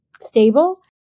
stable